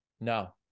No